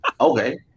okay